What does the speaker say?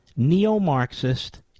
Neo-Marxist